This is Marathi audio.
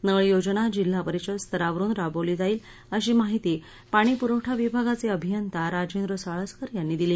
नळ योजना जिल्हा परिषद स्तरावरुन राबवली जाईल अशी माहिती पाणी पुरवठा विभागाचे अभियंता राजेंद्र साळस्कर यांनी दिली